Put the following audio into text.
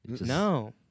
No